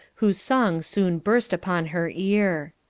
whose song soon burst upon her ear.